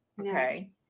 Okay